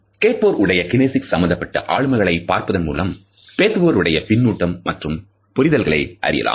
கேட்போர் உடைய கினேசிக்ஸ் சம்பந்தப்பட்ட ஆளுமைகளை பார்ப்பதன் மூலம் பேசுபவர் உடைய பின்னூட்டம் மற்றும் புரிதல்களை அறியலாம்